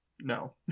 no